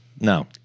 No